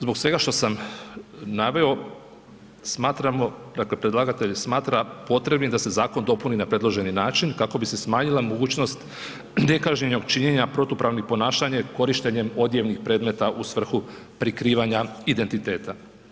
Zbog svega što sam naveo, smatramo dakle, predlagatelj smatra potrebnim da se zakon dopuni na predloženi način kako bi se smanjila mogućnost nekažnjenog činjenja protupravnih ponašanja korištenjem odjevnih predmeta u svrhu prikrivanja identiteta.